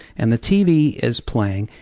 and the tv is playing,